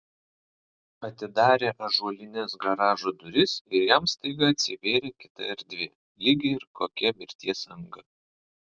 atidarė ąžuolines garažo duris ir jam staiga atsivėrė kita erdvė lyg ir kokia mirties anga